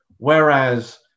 Whereas